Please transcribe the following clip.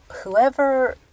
whoever